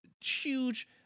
huge